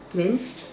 then